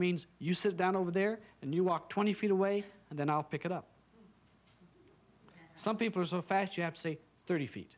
means you sit down over there and you walk twenty feet away and then i'll pick it up some people are so fast you have to say thirty feet